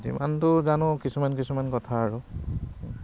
যিমানটো জানো কিছুমান কিছুমান কথা আৰু